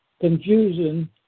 confusion